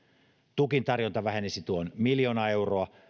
tukin tarjonta vähenisi miljoona euroa